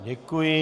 Děkuji.